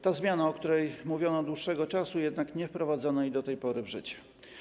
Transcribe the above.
To zmiana, o której mówiono od dłuższego czasu, jednak nie wprowadzono jej do tej pory w życie.